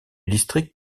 district